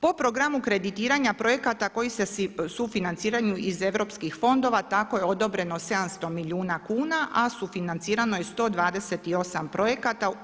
Po programu kreditiranja projekata koji se sufinanciraju iz europskih fondova tako je odobreno 700 milijuna kuna, a sufinancirano je 128 projekata.